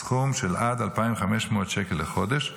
בסכום של עד 2,500 שקל לחודש,